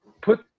put